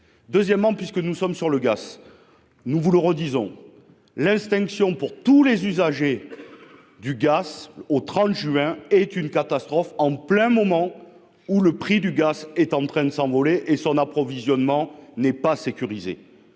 Deuxièmement, puisque nous sommes sur le gars. Nous vous le redisons l'extinction pour tous les usagers. Du gaz au 30 juin est une catastrophe en plein moment où le prix du gaz est en train de s'envoler et son approvisionnement n'est pas sécurisé.